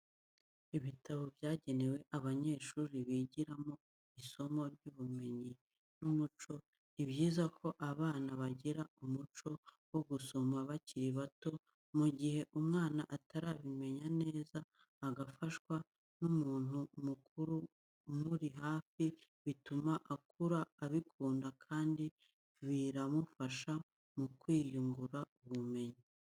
Ibitabo byagewe abanyeshuri bigiramo isomo ry'ubugeni n'umuco, ni byiza ko abana bagira umuco wo gusoma bakiri bato mu gihe umwana atarabimenya neza agafaswa n'umuntu mukuru umuri hafi bituma akura abikunda kandi biramufasha mu kwiyungura ubumenyi.